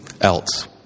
else